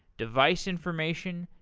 device information,